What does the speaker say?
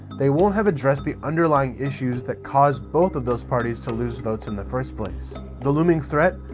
they won't have addressed the underlying issues that caused both of those parties to lose votes in the first place. the looming threat?